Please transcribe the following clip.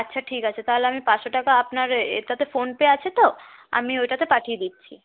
আচ্ছা ঠিক আছে তাহলে আমি পাঁচশো টাকা আপনার এটাতে ফোন পে আছে তো আমি ওইটাতে পাঠিয়ে দিচ্ছি